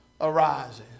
arises